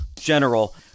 general